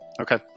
Okay